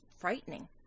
frightening